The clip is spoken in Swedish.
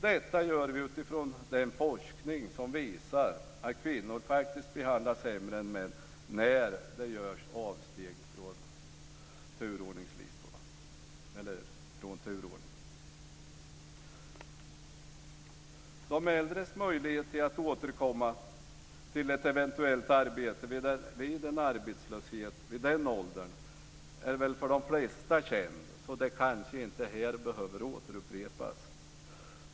Detta gör vi utifrån den forskning som visar att kvinnor faktiskt behandlas sämre än män när det görs avsteg från turordningen. De äldres möjligheter att återkomma till ett eventuellt arbete vid en arbetslöshet vid den åldern är kända för de flesta, så det kanske inte behöver återupprepas här.